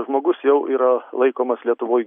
žmogus jau yra laikomas lietuvoj